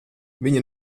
viņa